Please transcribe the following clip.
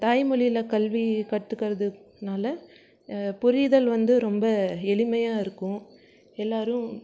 தாய்மொழியில் கல்வி கற்றுக்குறதுனால புரிதல் வந்து ரொம்ப எளிமையாக இருக்கும் எல்லோரும்